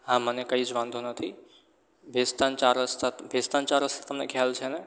હા મને કંઈ જ વાંધો નથી ભેસ્તાન ચાર રસ્તા ભેસ્તાન ચાર રસ્તા તમને ખ્યાલ છે ને